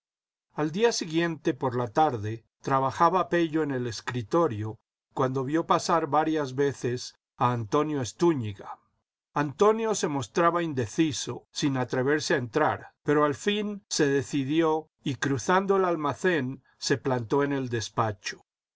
l día siguiente por la tarde trabajaba pello en xjl el escritorio cuando vio pasar varias veces a antonio estúñiga antonio se mostraba indeciso sin atreverse a entrar pero al fin se decidió y cruzando el almacén se plantó en el despacho